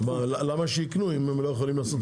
למה שיקנו אם הם לא יכולים לעשות כלום?